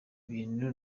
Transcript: bintu